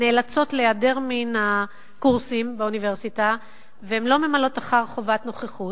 נאלצות להיעדר מן הקורסים באוניברסיטה והן לא ממלאות אחר חובת הנוכחות.